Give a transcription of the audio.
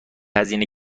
هزینه